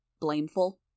blameful